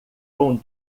com